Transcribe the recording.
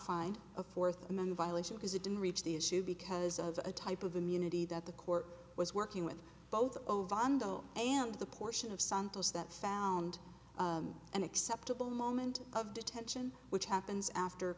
find a fourth man by later because it didn't reach the issue because of a type of immunity that the court was working with both ovando and the portion of santos that found an acceptable moment of detention which happens after